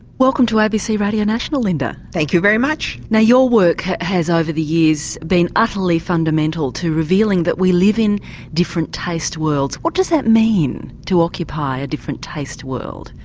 welcome to abc radio national linda. thank you very much. now your work has over the years been utterly fundamental to revealing that we live in different taste worlds. what does that mean, to occupy a different taste world?